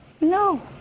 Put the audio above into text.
No